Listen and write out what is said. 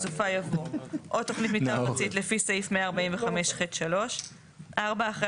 בסופה יבוא "או תכנית מתאר ארצית לפי סעיף 145(ח)(3)"; אחרי